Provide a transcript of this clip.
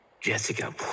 Jessica